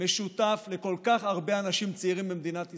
משותף לכל כך הרבה אנשים צעירים במדינת ישראל,